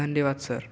धन्यवाद सर